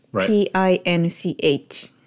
P-I-N-C-H